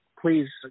please